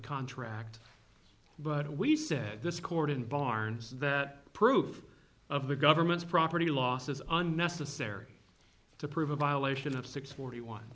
contract but we said this court and barnes that proof of the government's property losses on necessary to prove a violation of six forty one